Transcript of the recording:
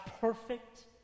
perfect